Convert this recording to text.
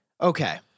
Okay